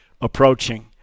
approaching